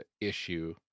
issue